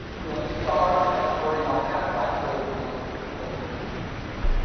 the only stars that have to worry about that black hole are the ones that are close to it. so.